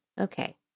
okay